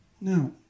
Now